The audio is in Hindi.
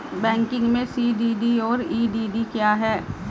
बैंकिंग में सी.डी.डी और ई.डी.डी क्या हैं?